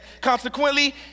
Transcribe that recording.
consequently